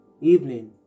evening